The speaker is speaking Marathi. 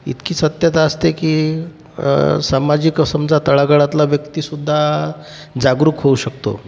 इतकी सत्यता असते की सामाजिक समजा तळागाळातला व्यक्ती सुद्धा जागरूक होऊ शकतो